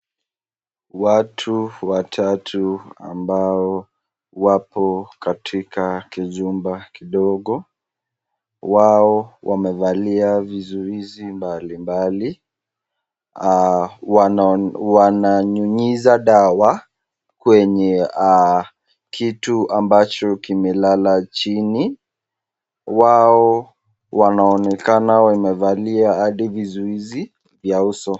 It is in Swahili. Watu watatu ambao wapo katika kijumba kidogo. Wao wamevalia vizuizi mbalimbali. Wao wananyunyiza dawa kwenye kitu ambacho kimelala chini. Wao wanaonekana wamevalia hadi vizuizi vya uso.